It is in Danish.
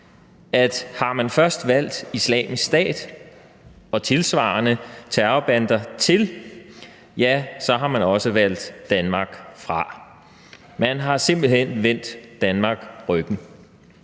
at har man først valgt Islamisk Stat og tilsvarende terrorbander til, ja, så har man også valgt Danmark fra. Man har simpelt hen vendt Danmark ryggen.